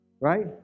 right